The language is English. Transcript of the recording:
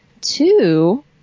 two